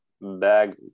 bag